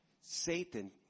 Satan